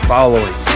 Following